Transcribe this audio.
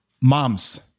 moms